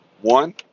one